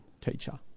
teacher